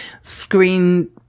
screen